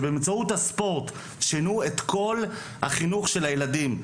שבאמצעות הספורט שינו את כל החינוך של הילדים,